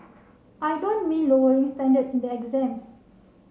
I don't mean lowering standards in the exams